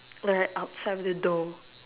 like right outside of the door